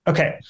Okay